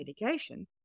medication